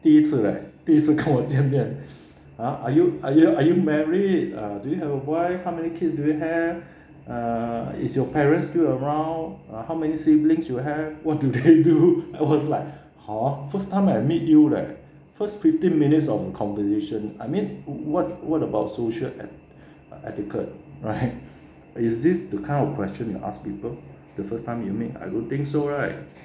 第一次 leh 第一次跟我见面 !huh! are you married or do you have a wife how many kids do you have err is your parents still around uh how many siblings you have what do they do I was like 好啊 first time I meet you leh first fifteen minutes of conversation I mean what what about social et~ etiquette right is this the kind of question you ask people the first time you meet I don't think so right